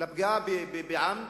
לפגיעה בעם,